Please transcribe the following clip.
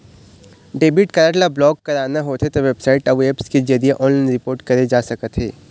debit card ल block कराना होथे त बेबसाइट अउ ऐप्स के जरिए ऑनलाइन रिपोर्ट करे जा सकथे